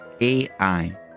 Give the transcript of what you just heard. AI